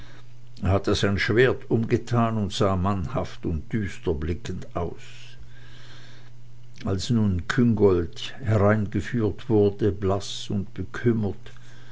er hatte sein schwert umgetan und sah mannhaft und düster blickend aus als nun küngolt hereingeführt wurde blaß und bekümmert